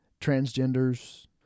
transgenders